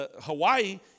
Hawaii